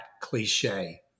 cliche